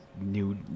new